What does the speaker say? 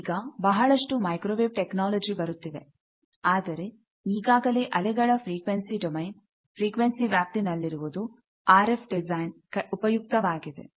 ಈಗ ಬಹಳಷ್ಟು microwave technology ಬರುತ್ತಿವೆ ಆದರೆ ಈಗಾಗಲೇ ಅಲೆಗಳ ಫ್ರಿಕ್ವೆನ್ಸಿ ಡೊಮೈನ್ ಫ್ರಿಕ್ವೆನ್ಸಿ ವ್ಯಾಪ್ತಿ ನಲ್ಲಿರುವುದು ಆರ್ ಎಫ್ ಡಿಸೈನ್ ಉಪಯುಕ್ತವಾಗಿದೆ